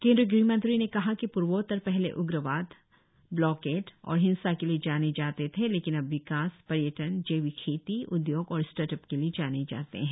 केंद्रीय ग़ह मंत्री ने कहा की पूर्वोत्तर पहले उग्रवाद ब्लॉकेड और हिंसा के लिए जाने जाते थे लेकिन अब विकास पर्यटन जैविक खेती उदयोग और स्टार्ट अप के लिए जाने जाते है